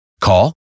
Call